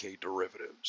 derivatives